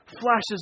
Flashes